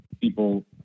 people